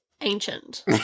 ancient